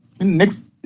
next